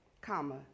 comma